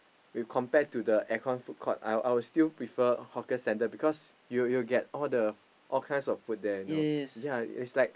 we compare to the aircon food court I I would still prefer hawker centre because you will you will get all the all kinds of food there you know ya it's like